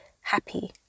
happy